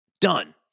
Done